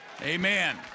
Amen